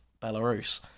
Belarus